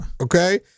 Okay